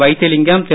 Vaithilingam Thiru